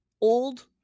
old